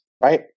right